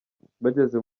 bageze